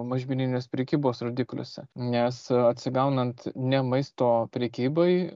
mažmeninės prekybos rodikliuose nes atsigaunant ne maisto prekybai